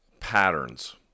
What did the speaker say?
patterns